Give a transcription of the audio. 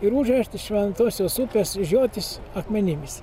ir užvežti šventosios upės žiotis akmenimis